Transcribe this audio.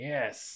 Yes